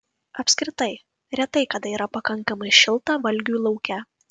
apskritai retai kada yra pakankamai šilta valgiui lauke